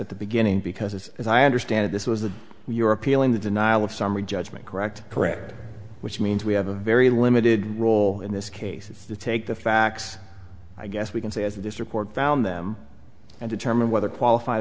at the beginning because as i understand it this was the your appeal in the denial of summary judgment correct correct which means we have a very limited role in this case to take the facts i guess we can say as of this report found them and determine whether qualified